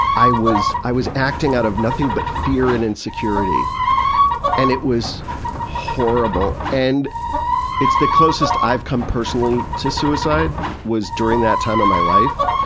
i was i was acting out of nothing but fear and insecurity and insecurity. it was horrible. and it's the closest i've come personally to suicide was during that time in my life.